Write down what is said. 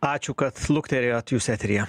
ačiū kad luktelėjot jūs eteryje